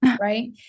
right